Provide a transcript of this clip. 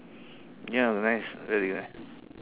ya nice very nice